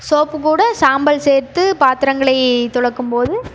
soap கூட சாம்பல் சேர்த்து பாத்திரங்களை துலக்கும்போது